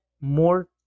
more